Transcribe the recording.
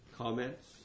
Comments